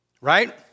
Right